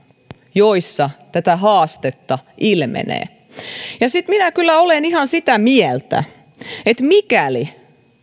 joissa tätä haastetta ilmenee sitten minä kyllä olen ihan sitä mieltä että mikäli